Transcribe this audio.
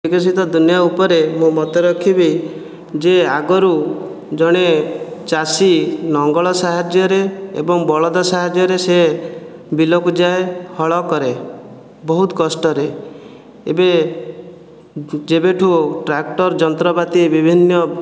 ବିକଶିତ ଦୁନିଆ ଉପରେ ମୁଁ ମତ ରଖିବି ଯେ ଆଗରୁ ଜଣେ ଚାଷୀ ଲଙ୍ଗଳ ସାହାଯ୍ୟରେ ଏବଂ ବଳଦ ସାହାଯ୍ୟରେ ସେ ବିଲକୁ ଯାଏ ହଳ କରେ ବହୁତ କଷ୍ଟରେ ଏବେ ଯେବେଠୁ ଟ୍ରାକ୍ଟର ଯନ୍ତ୍ରପାତି ବିଭିନ୍ନ